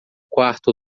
quarto